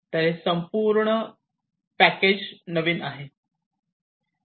तर हे संपूर्ण पॅकेजिंग नवीन आहे